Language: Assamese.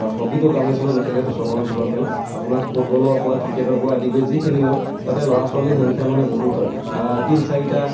হকীটো গ্ৰাম্যাঞ্চলত নেখেলে সেইটো চহৰ অঞ্চলৰ খেল আপোনাৰ ফুটবলৰ পৰা ক্ৰিকেটৰ পৰা আদি কৰি যি খেলিলেও তাতে ল'ৰা ছোৱালীৰ সংখ্যা মানে বহুত হয় টিম চাৰিটা